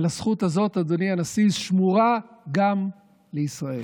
אבל הזכות הזאת, אדוני הנשיא, שמורה גם לישראל.